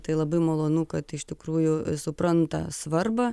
tai labai malonu kad iš tikrųjų supranta svarbą